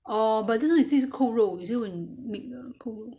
oh but you say it's 扣肉我就是问你 make 扣肉